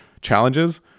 challenges